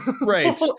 right